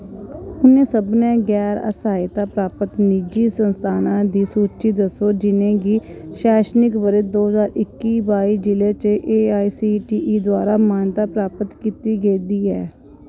उ'नें सभनें गैर स्हायता प्राप्त निजी संस्थानां दी सूची दस्सो जि'नें गी शैक्षणिक ब'रे दो ज्हार इक्की बाई जिले च एआईसीटीई द्वारा मान्यता प्राप्त कीता गेदा ऐ